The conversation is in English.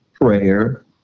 prayer